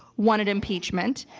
wanted impeachment.